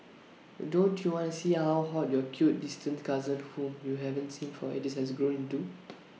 don't you wanna see how hot your cute distant cousin whom you haven't seen for ages has grown into